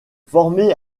formé